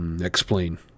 explain